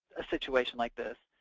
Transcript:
a situation like this.